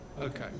Okay